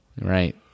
right